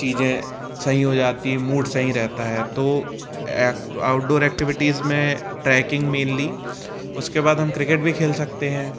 चीज़ें सही हो जाती हैं मूड सही रहता है तो एक्ट आउटडोर ऐक्टिविटीज़ मे ट्रैकिंग मेनली उसके बाद हम क्रिकेट भी खेल सकते हैं